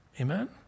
Amen